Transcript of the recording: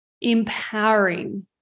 empowering